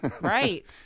Right